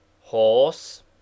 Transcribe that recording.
horse